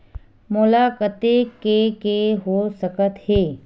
मोला कतेक के के हो सकत हे?